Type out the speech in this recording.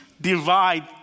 Divide